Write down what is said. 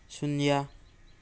ꯁꯨꯟ꯭ꯌ